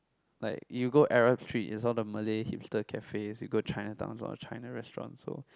like you go Arab Street it's all the Malay hipster cafes you go Chinatown it's all the China restaurants so